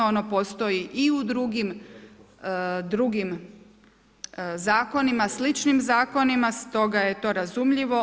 Ono postoji i u drugim zakonima, sličnim zakonima stoga je to razumljivo.